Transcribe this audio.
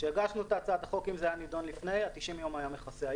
כשהגשנו את הצעת החוק ה-90 יום היה מכסה.